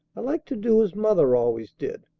i like to do as mother always did.